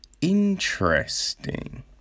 Interesting